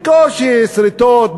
בקושי יש סריטות,